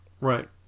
right